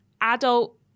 adult